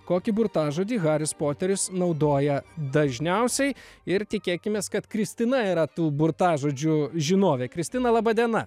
kokį burtažodį haris poteris naudoja dažniausiai ir tikėkimės kad kristina yra tų burtažodžių žinovė kristina laba diena